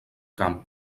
camp